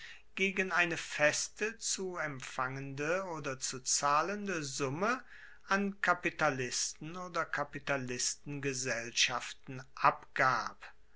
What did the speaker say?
gegen eine feste zu empfangende oder zu zahlende summe an kapitalisten oder kapitalistengesellschaften abgab